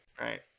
right